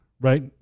right